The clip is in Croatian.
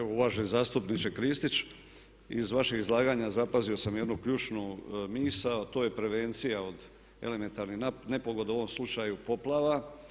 Evo uvaženi zastupničke Kristić iz vašeg izlaganja zapazio sam jednu ključnu misao, a to je prevencija od elementarnih nepogoda, u ovom slučaju poplava.